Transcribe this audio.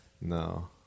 no